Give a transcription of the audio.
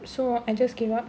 so I just gave up